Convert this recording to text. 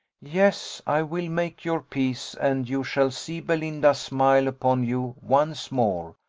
yes, i will make your peace, and you shall see belinda smile upon you once more,